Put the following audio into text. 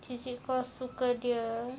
K K kau suka dia